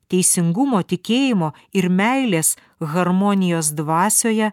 teisingumo tikėjimo ir meilės harmonijos dvasioje